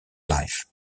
life